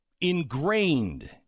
ingrained